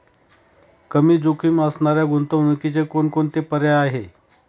कमी जोखीम असणाऱ्या गुंतवणुकीचे कोणकोणते पर्याय आहे?